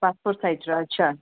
passport ସାଇଜ୍ଟା ଆଚ୍ଛା